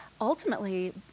ultimately